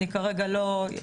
אני כרגע לא אפרט,